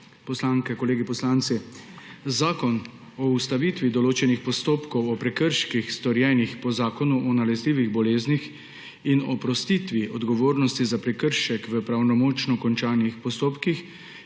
poslanke, kolegi poslanci! Zakon o ustavitvi določenih postopkov o prekrških, storjenih po Zakonu o nalezljivih boleznih, in oprostitvi odgovornosti za prekršek v pravnomočno končanih postopkih,